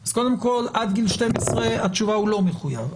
אז קודם כל עד גיל 12 התשובה הוא לא מחויב,